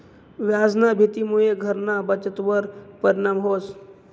व्याजना भीतीमुये घरना बचतवर परिणाम व्हस